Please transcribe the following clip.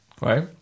right